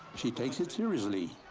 she takes it seriously.